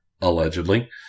allegedly